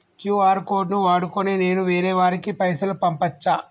QR code ను వాడుకొని నేను వేరే వారికి పైసలు పంపచ్చా?